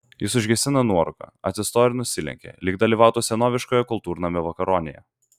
jis užgesina nuorūką atsistoja ir nusilenkia lyg dalyvautų senoviškoje kultūrnamio vakaronėje